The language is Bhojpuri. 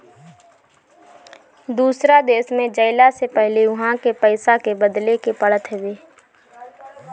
दूसरा देश में जइला से पहिले उहा के पईसा के बदले के पड़त हवे